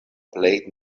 plej